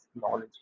Knowledge